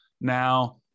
now